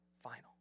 final